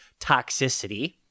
toxicity